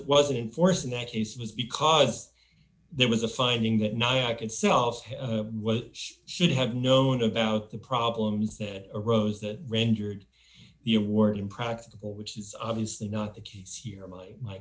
wasn't in force in that case it was because there was a finding that not in self's what should have known about the problems that arose that rendered the award impractical which is obviously not the case here my my